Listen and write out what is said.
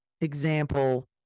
example